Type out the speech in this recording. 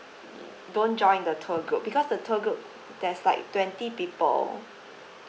don't join the tour group because the tour group there's like twenty people